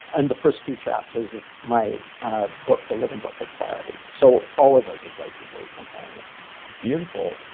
and first two chapters of my ah book, the little book of clarity. so all of those are places where you can find me beautiful.